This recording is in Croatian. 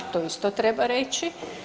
To isto treba reći.